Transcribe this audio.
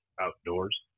Outdoors